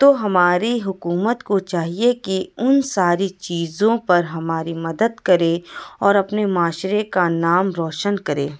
تو ہماری حکومت کو چاہیے کہ ان ساری چیزوں پر ہماری مدد کرے اور اپنے معاشرے کا نام روشن کرے